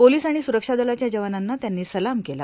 पोलांस आर्गण सुरक्षा दलाच्या जवानांना त्यांनी सलाम केला